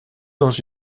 dans